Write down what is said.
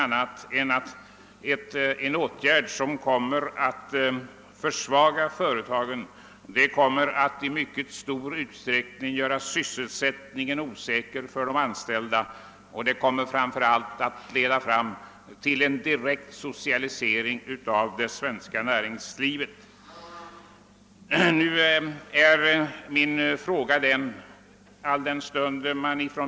Detta är en åtgärd som skulle försvaga företagen och i mycket hög grad göra sysselsättningen osäker för de anställda, men framför allt skulle den leda till en direkt socialisering av det svenska näringslivet.